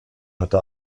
hatte